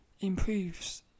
improves